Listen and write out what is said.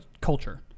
culture